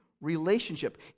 relationship